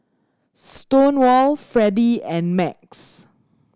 Stonewall Freddy and Max